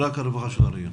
רק הרווחה של העירייה?